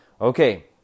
Okay